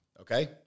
Okay